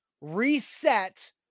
reset